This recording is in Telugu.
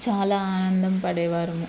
చాలా ఆనందం పడేవారము